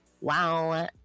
Wow